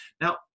now